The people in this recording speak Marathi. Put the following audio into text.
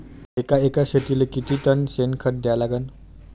एका एकर शेतीले किती टन शेन खत द्या लागन?